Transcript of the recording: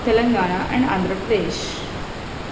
Telangana and Andhra Pradesh